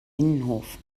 innenhof